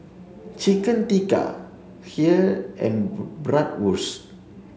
Chicken Tikka Kheer and Bratwurst